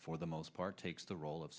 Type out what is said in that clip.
for the most part takes the role of